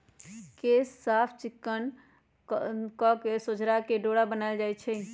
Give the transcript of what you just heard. केश साफ़ चिक्कन कके सोझरा के डोरा बनाएल जाइ छइ